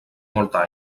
molta